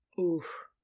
Oof